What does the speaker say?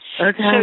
Okay